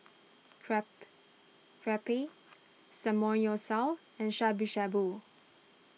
Crap Crepe Samgeyopsal and Shabu Shabu